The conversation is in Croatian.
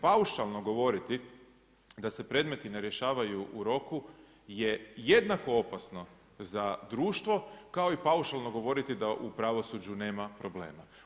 Paušalno govoriti da se predmeti ne rješavaju u roku je jednako opasno za društvo kao i paušalno govoriti da u pravosuđu nema problema.